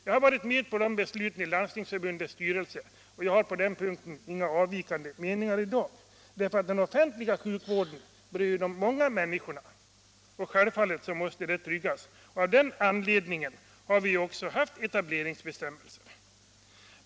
Jag har varit med om besluten i den delen i Landstingsförbundets styrelse, och jag har ingen ändrad åsikt i dag. Den offentliga sjukvården är ju till för de många människorna, och självfallet måste den säkras. Av den anledningen har vi alltså fått etableringsbestämmelser.